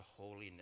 holiness